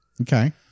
Okay